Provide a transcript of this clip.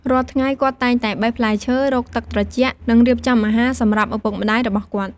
រាល់ថ្ងៃ គាត់តែងតែបេះផ្លែឈើ រកទឹកត្រជាក់ និងរៀបចំអាហារសម្រាប់ឪពុកម្ដាយរបស់គាត់។